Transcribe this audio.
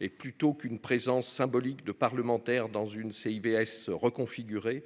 Et plutôt qu'une présence symbolique de parlementaires. Dans une c'est IBS reconfiguré